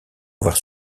avoir